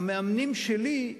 המאמנים שלי,